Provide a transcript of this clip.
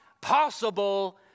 possible